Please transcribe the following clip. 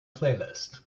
playlist